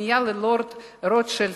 בפנייה ללורד רוטשילד,